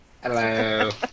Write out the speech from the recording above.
Hello